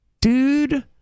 dude